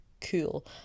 cool